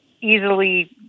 easily